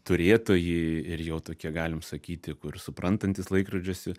turėtojai ir jau tokie galim sakyti kur suprantantys laikrodžiuose